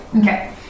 Okay